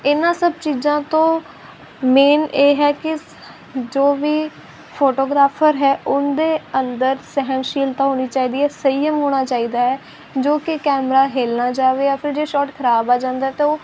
ਇਹਨਾਂ ਸਭ ਚੀਜ਼ਾਂ ਤੋਂ ਮੇਨ ਇਹ ਹੈ ਕਿ ਜੋ ਵੀ ਫੋਟੋਗ੍ਰਾਫਰ ਹੈ ਉਹਦੇ ਅੰਦਰ ਸਹਿਣਸ਼ੀਲਤਾ ਹੋਣੀ ਚਾਹੀਦੀ ਹੈ ਸੰਯਮ ਹੋਣਾ ਚਾਹੀਦਾ ਹੈ ਜੋ ਕਿ ਕੈਮਰਾ ਹਿਲ ਨਾ ਜਾਵੇ ਜਾਂ ਫਿਰ ਜੇ ਸ਼ੋਰਟ ਖ਼ਰਾਬ ਆ ਜਾਂਦਾ ਤਾਂ ਉਹ